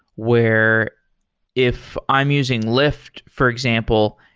where if i'm using lyft, for example,